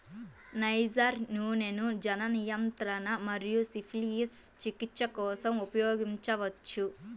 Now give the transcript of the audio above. niger నూనెను జనన నియంత్రణ మరియు సిఫిలిస్ చికిత్స కోసం ఉపయోగించవచ్చు